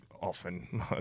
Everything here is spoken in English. often